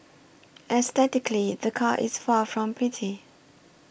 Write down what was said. aesthetically the car is far from pretty